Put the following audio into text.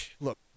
Look